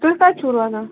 تُہۍ کَتہِ چھُو روزان